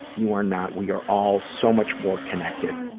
you are not. we are all so much more connected.